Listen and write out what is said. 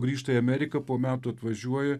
grįžta į ameriką po metų atvažiuoja